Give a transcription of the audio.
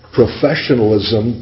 professionalism